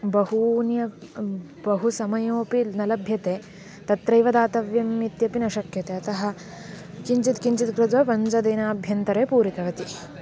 बहूनि अप् बहू समयोऽपि न लभ्यते तत्रैव दातव्यम् इत्यपि न शक्यते अतः किञ्चित् किञ्चित् कृत्वा पञ्चदिनाभ्यन्तरे पूरितवती